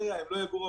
בפריפריה הם לא יגורו